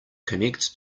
connect